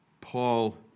Paul